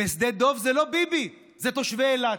בשדה דב זה לא ביבי, אלה תושבי אילת,